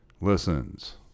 listens